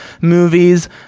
movies